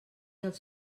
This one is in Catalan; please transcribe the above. els